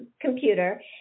computer